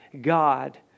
God